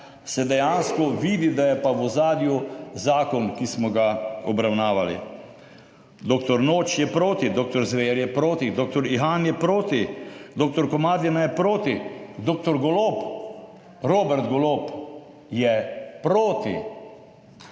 se dejansko vidi, da je pa v ozadju zakon, ki smo ga obravnavali. Doktor Noč je proti, doktor Zver je proti, doktor Ihan je proti, doktor Komadina je proti, doktor Golob, Robert Golob, je proti.